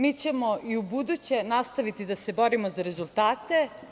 Mi ćemo i ubuduće nastaviti da se borimo za rezultate.